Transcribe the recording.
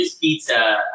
pizza